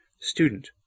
student